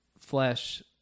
flesh